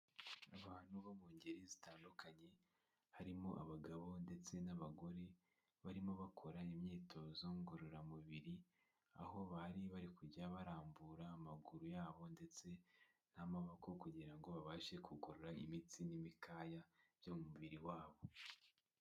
Abantu bo mu ngeri zitandukanye, harimo abagabo ndetse n'abagore, barimo bakora imyitozo ngororamubiri, aho bari bari kujya barambura amaguru yabo ndetse n'amaboko kugira ngo babashe kugorora imitsi n'imikaya byo mu mubiri wabo.